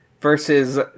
versus